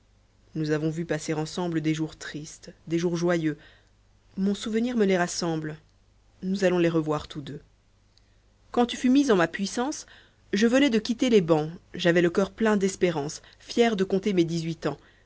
nous avons vu passer ensemble des jours tristes des jours joyeux mon souvenir me les rassemble nous allons les revoir tous deux quand tu fus mise en ma puissance je venais de quitter les bancs j'avais le coeur plein d'espérance fier de compter mes dix-huit ans